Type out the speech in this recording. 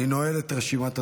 אני נועל את רשימת הדוברים.